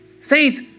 Saints